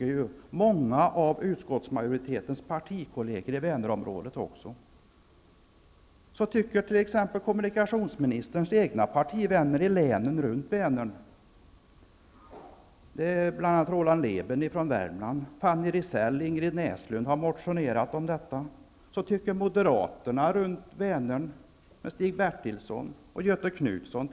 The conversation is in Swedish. Många av utskottsmajoritetens partikolleger i Vänerområdet tycker också det. Så tycker t.ex kommunikationsministerns egna partivänner i länen runt Vänern. Det gäller bl.a. Ingrid Näslund har motionerat om detta. Så tycker moderaterna runt Vänern med t.ex Stig Bertilsson och Göthe Knutson.